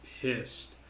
pissed